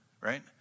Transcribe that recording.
right